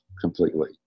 completely